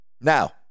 Now